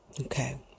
Okay